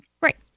Right